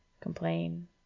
complain